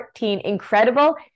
incredible